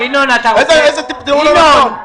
איזה תיאור לא נכון?